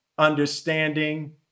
Understanding